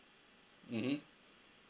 mmhmm